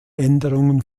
änderungen